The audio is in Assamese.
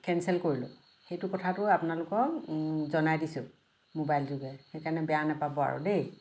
কেঞ্চেল কৰিলোঁ সেইটো কথাটো আপোনালোকক জনাই দিছোঁ মোবাইলযোগে সেকাৰণে বেয়া নেপাব আৰু দেই